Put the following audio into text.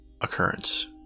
occurrence